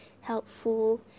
helpful